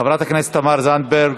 חברת הכנסת תמר זנדברג?